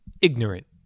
ignorant